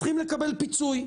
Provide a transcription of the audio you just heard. צריכים לקבל פיצוי.